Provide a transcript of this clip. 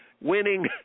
winning